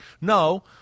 No